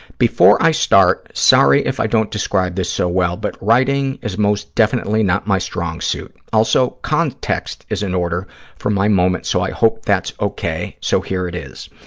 before i start, sorry if i don't describe this so well, but writing is most definitely not my strong suit. also, context is in order for my moment, so i hope that's okay, so here it is.